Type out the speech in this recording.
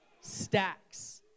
stacks